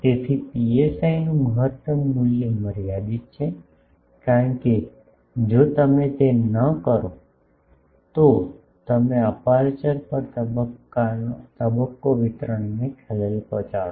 તેથી પીએસઆઈનું મહત્તમ મૂલ્ય મર્યાદિત છે કારણ કે જો તમે તે ન કરો તો તમે અપેરચ્યોર પર તબક્કો વિતરણને ખલેલ પહોંચાડો